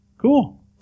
Cool